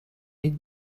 niet